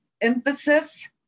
emphasis